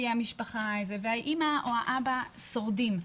והאימא או האבא שורדים,